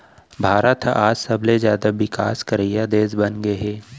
भारत ह आज सबले जाता बिकास करइया देस बनगे हे